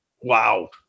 Wow